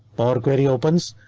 parkway reopens,